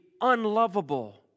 unlovable